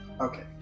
okay